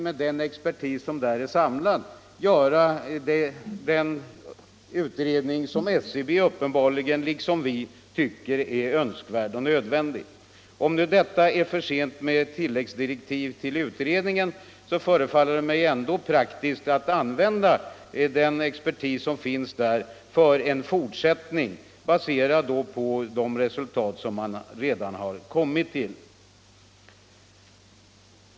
Med den expertis som där är samlad skulle man kunna göra den utredning som SCB uppenbarligen, liksom vi, anser vara önskvärd och nödvändig. Om det nu är för sent med tilläggsdirektiv till utredningen, så förefaller det mig ändå praktiskt att använda den expertis som finns där för en fortsättning, baserad på de resultat som man redan har kommit till.